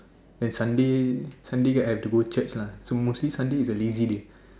then Sunday Sunday I have to go Church lah so mostly Sunday is a lazy day